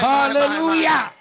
Hallelujah